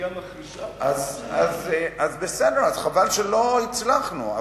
אז חבל שלא הצלחנו,